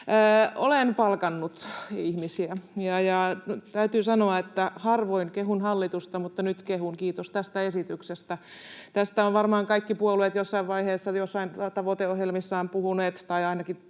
Olen palkannut ihmisiä, ja täytyy sanoa, että harvoin kehun hallitusta, mutta nyt kehun: kiitos tästä esityksestä. Tästä ovat varmaan kaikki puolueet jossain vaiheessa joissain tavoiteohjelmissaan puhuneet, tai ainakin